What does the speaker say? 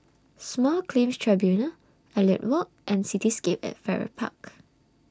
Small Claims Tribunals Elliot Walk and Cityscape At Farrer Park